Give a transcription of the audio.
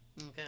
Okay